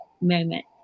moment